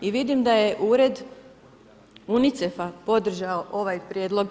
I vidim da je ured UNICEF-a podržao ovaj prijedlog.